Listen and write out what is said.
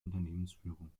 unternehmensführung